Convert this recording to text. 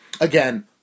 Again